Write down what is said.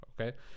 Okay